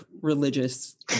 religious